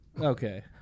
okay